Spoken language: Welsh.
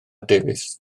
davies